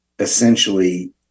essentially